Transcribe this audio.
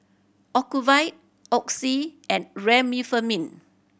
Ocuvite Oxy and Remifemin